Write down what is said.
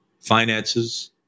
Finances